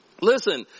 Listen